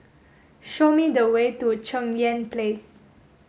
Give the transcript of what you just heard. show me the way to Cheng Yan Place